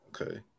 Okay